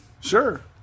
Sure